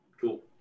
cool